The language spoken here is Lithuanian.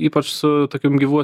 ypač su tokiom gyvu